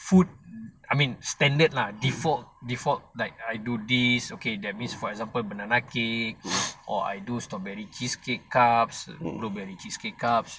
food I mean standard lah default default like I do this okay that means for example banana cake or I do strawberry cheesecake cups with blueberry cheesecake cups